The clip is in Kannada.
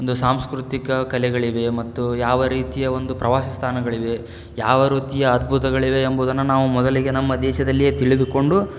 ಒಂದು ಸಾಂಸ್ಕೃತಿಕ ಕಲೆಗಳಿವೆ ಮತ್ತು ಯಾವ ರೀತಿಯ ಒಂದು ಪ್ರವಾಸಿ ಸ್ಥಾನಗಳಿವೆ ಯಾವ ರೀತಿಯ ಅದ್ಭುತಗಳಿವೆ ಎಂಬುದನ್ನು ನಾವು ಮೊದಲಿಗೆ ನಮ್ಮ ದೇಶದಲ್ಲಿಯೇ ತಿಳಿದುಕೊಂಡು